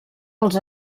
els